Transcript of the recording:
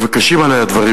וקשים עלי הדברים,